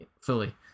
fully